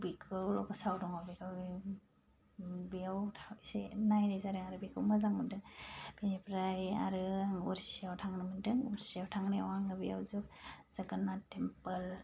बेखौ गोसोआव दङ बेखौ बेयाव एसे नायनाय जादों आरो बेखौ मोजां मोन्दों इनिफ्राय आरो उड़ीसायाव थांनो मोन्दों उड़ीसायाव थांनायाव आङो बेयाव जगन्नाथ टेम्पोल